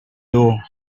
door